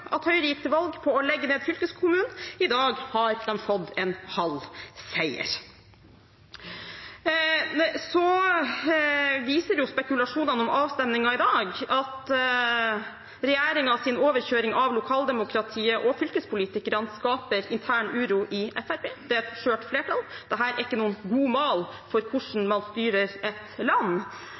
at Høyre gikk til valg på å legge ned fylkeskommunen. I dag har de fått en halv seier. Så viser spekulasjonene om avstemningen i dag at regjeringens overkjøring av lokaldemokratiet og fylkespolitikerne skaper intern uro i Fremskrittspartiet. Det er et skjørt flertall. Dette er ikke noen god mal for hvordan man styrer et land.